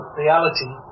reality